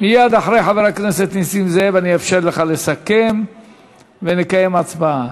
מייד אחרי חבר הכנסת נסים זאב אני אאפשר לך לסכם ונקיים הצבעה.